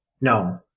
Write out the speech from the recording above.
No